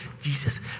Jesus